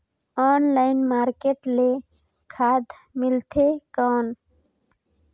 Online market ले खाद मिलथे कौन?